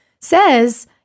says